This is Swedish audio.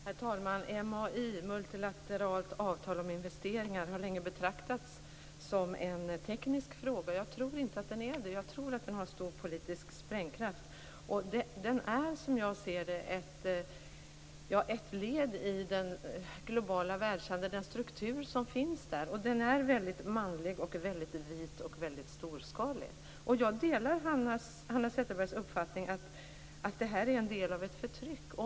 Herr talman! MAI, multilateralt avtal om investeringar, har länge betraktats som en teknisk fråga. Jag tror inte att det är det. Jag tror att frågan har stor politisk sprängkraft. Avtalet är som jag ser det ett led i den globala världshandeln och den struktur som finns där, och den är väldigt manlig, vit och storskalig. Jag delar också Hanna Zetterbergs uppfattning att det här är en del av ett förtryck.